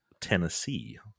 Tennessee